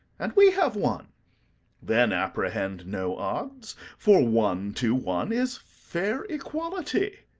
and we have one then apprehend no odds, for one to one is fair equality.